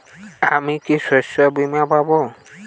আমি কি শষ্যবীমা পাব?